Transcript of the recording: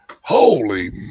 Holy